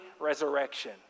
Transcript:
resurrection